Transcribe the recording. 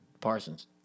Parsons